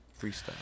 freestyle